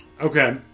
Okay